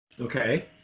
Okay